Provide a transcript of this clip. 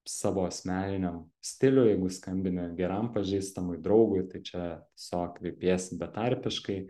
savo asmeniniam stiliui jeigu skambini geram pažįstamui draugui tai čia tiesiog kreipiesi betarpiškai